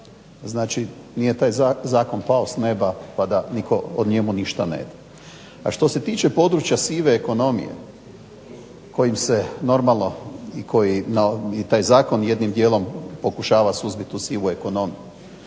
Znači, nije taj zakon pao s neba pa da nitko o njemu ništa ne zna. A što se tiče područja sive ekonomije kojim se normalno i koji, i taj zakon jednim dijelom pokušava suzbiti tu sivu ekonomiju.